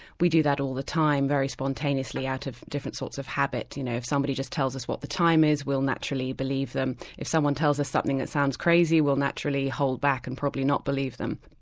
we do that all the time very spontaneously out of different sorts of habit. you know if somebody just tells us what the time is, we'll naturally believe them if someone tells us something that sounds crazy, we'll naturally hold back and probably not believe them.